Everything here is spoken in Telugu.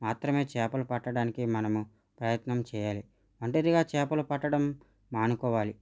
మాత్రమే చేపలు పట్టడానికి మనము ప్రయత్నం చేయాలి ఒంటరిగా చేపలు పట్టడం మానుకోవాలి